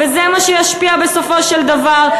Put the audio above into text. וזה מה שישפיע בסופו של דבר.